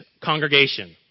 congregation